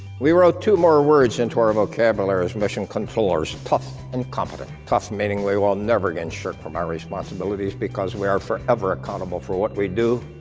we wrote two more words into our vocabulary as mission controllers, tough and competent. tough meaning we will never again shirk from our responsibilities because we are forever accountable for what we do.